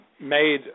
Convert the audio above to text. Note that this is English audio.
made